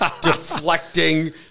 deflecting